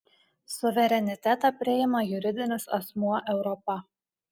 suverenitetą priima juridinis asmuo europa